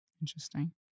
Interesting